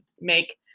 make